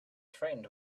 frightened